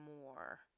more